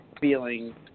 feeling